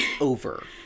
over